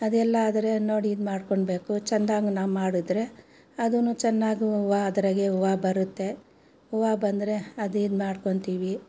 ಅದೆಲ್ಲ ಆದರೆ ನೋಡಿ ಇದು ಮಾಡ್ಕೊಳ್ಬೇಕು ಚೆಂದಾಗಿ ನಾನು ಮಾಡಿದ್ರೆ ಅದೂ ಚೆನ್ನಾಗಿ ಹೂವು ಅದ್ರಾಗೆ ಹೂವು ಬರುತ್ತೆ ಹೂವು ಬಂದರೆ ಅದಿದು ಮಾಡ್ಕೊಳ್ತೀವಿ